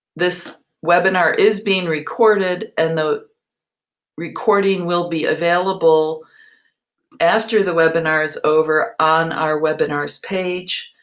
this webinar is being recorded and the recording will be available after the webinar is over on our webinar's page.